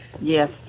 yes